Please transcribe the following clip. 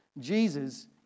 Jesus